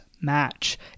match